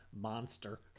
monster